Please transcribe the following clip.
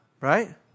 right